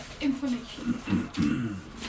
Information